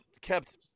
kept –